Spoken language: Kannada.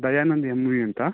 ದಯಾನಂದ್ ಎಮ್ ವಿ ಅಂತ